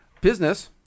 business